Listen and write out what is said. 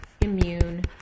immune